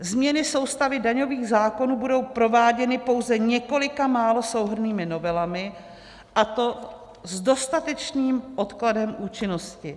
Změny soustavy daňových zákonů budou prováděny pouze několika málo souhrnnými novelami, a to s dostatečným odkladem účinnosti.